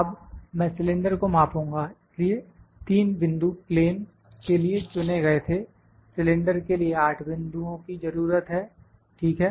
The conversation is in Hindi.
अब मैं सिलेंडर को मापुंगा इसलिए 3 बिंदु प्लेन के लिए चुने गए थे सिलेंडर के लिए 8 बिंदुओं की जरूरत है ठीक है